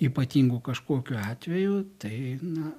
ypatingų kažkokių atvejų tai na